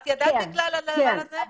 את ידעת על קיום הרשות?